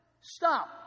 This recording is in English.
stop